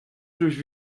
durch